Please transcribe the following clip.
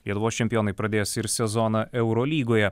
lietuvos čempionai pradės ir sezoną eurolygoje